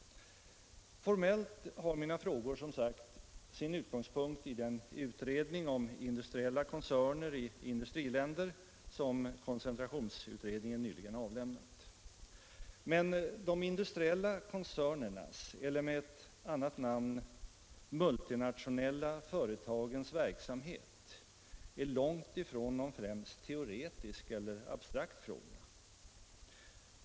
Formellt har mina frågor som sagt sin utgångspunkt i den utredning om ”Internationella koncerner i industriländer” som koncentrationsutredningen nyligen avlämnat. Men de internationella koncernernas eller med ett annat namn multinationella företagens verksamhet är långt ifrån något främst teoretiskt eller abstrakt spörsmål.